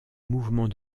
mouvement